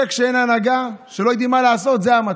כשאין הנהגה, כשלא יודעים מה לעשות, זה המצב.